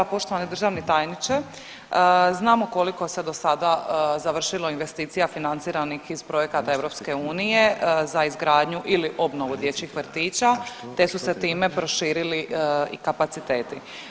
Poštovani državni tajniče, znamo koliko se dosada završilo investicija financiranih iz projekata EU za izgradnju ili obnovu dječjih vrtića te su se time proširili i kapaciteti.